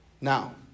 Now